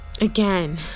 Again